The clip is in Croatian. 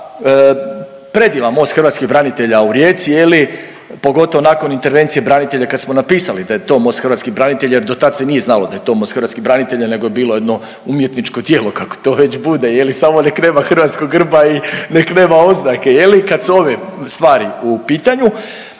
predivan most hrvatskih branitelja u Rijeci, je li pogotovo nakon intervencije branitelja kad smo napisali da je to most hrvatskih branitelja, jer do tad se nije znalo da je to most hrvatskih branitelja, nego je bilo jedno umjetničko djelo kako to već bude je li samo nek' nema hrvatskog grba i nek' nema oznake je li kad su ove stvari u pitanju.